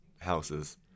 houses